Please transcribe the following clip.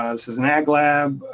ah this is an ag lab.